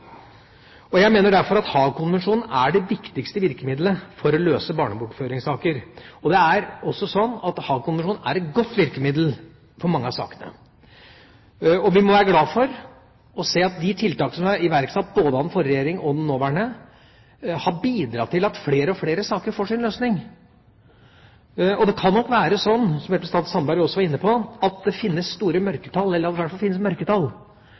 Jeg mener derfor at Haagkonvensjonen er det viktigste virkemiddelet for å løse barnebortføringssaker, og det er også sånn at Haagkonvensjonen er et godt virkemiddel for mange av sakene. Vi må være glad for å se at de tiltakene som er iverksatt, både av den forrige regjeringa og av den nåværende, har bidratt til at flere og flere saker får sin løsning. Det kan nok være sånn, som representanten Sandberg også var inne på, at det finnes store mørketall – eller at det i hvert fall er mørketall.